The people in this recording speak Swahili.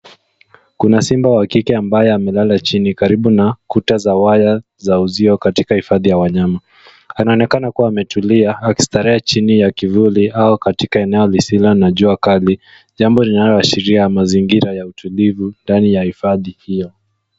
Kuna simba wa kike ambaye amelala chini karibu na kuta za waya za uzio katika hifadhi ya wanyama. Anaonekana kuwa ametulia akistarehe chini ya kivuli au katika eneo lisilo na jua kali, jambo linaloashiria mazingira ya utulivu ndani ya hifadhi hiyo.